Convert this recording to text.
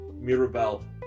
Mirabelle